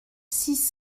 six